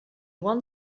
one